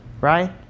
right